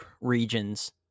regions